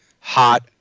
hot